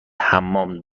حمام